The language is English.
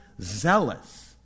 zealous